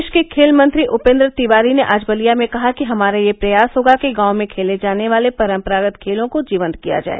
प्रदेश के खेल मंत्री उपेंद्र तिवारी ने आज बलिया में कहा कि हमारा यह प्रयास होगा कि गांव में खेले जाने वाले परंपरागत खेलों को जीवंत किया जाए